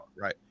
Right